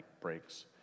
breaks